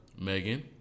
Megan